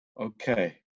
Okay